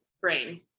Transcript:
brain